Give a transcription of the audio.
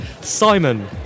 Simon